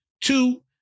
two